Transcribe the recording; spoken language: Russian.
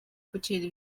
путей